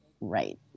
right